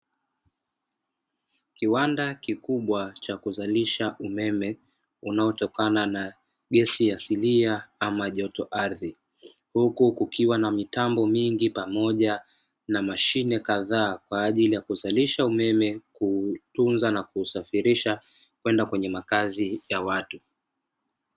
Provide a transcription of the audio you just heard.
Kiwanda kikubwa cha kuzalisha umeme unaotokana na gesi asilia ama joto ardhi, huku kukiwa na mitambo mingi pamoja na mashine kazaa kwa ajili ya kuzalisha umeme, kuutunza na kuusafirisha kwenda kwenye makazi ya watu.